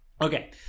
Okay